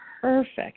perfect